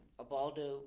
Abaldo